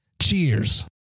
Cheers